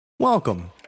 Welcome